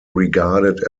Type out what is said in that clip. regarded